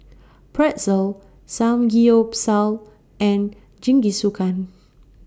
Pretzel Samgeyopsal and Jingisukan